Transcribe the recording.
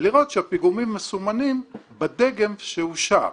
ולראות שהפיגומים מסומנים בדגם שאושר.